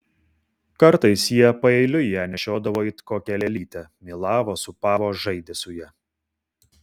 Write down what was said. kartais jie paeiliui ją nešiodavo it kokią lėlytę mylavo sūpavo žaidė su ja